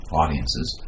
audiences